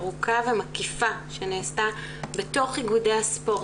ארוכה ומקיפה שנעשתה בתוך איגודי הספורט.